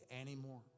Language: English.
anymore